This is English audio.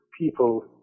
people